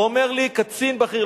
אומר לי קצין בכיר,